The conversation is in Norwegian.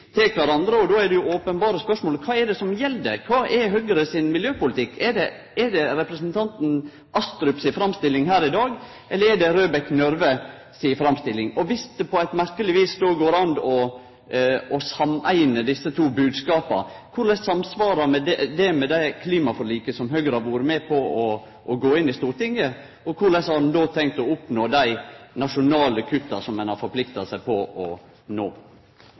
til kvarandre. Då er det openberre spørsmålet: Kva er det som gjeld, kva er Høgre sin miljøpolitikk? Er det representanten Astrup si framstilling her i dag, eller er det Røbekk Nørve si framstilling? Dersom det på eit merkeleg vis går an å sameine desse to bodskapane, korleis samsvarar dei med det klimaforliket som Høgre har vore med på i Stortinget? Og korleis har ein då tenkt å oppnå dei nasjonale kutta som ein har forplikta seg på å nå?